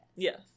Yes